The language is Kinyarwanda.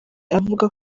avuga